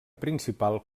principal